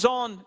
on